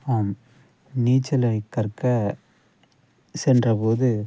ஆம் நீச்சலை கற்க சென்ற போது